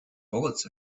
bullets